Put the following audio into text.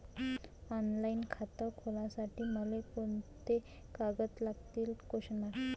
Online खातं खोलासाठी मले कोंते कागद लागतील?